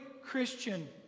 Christian